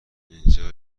اینجا